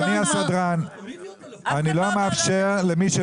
אדוני, היא לא נכה.